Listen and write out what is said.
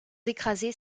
écraser